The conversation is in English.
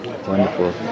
wonderful